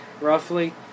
roughly